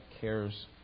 cares